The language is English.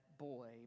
boy